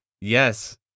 Yes